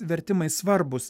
vertimai svarbūs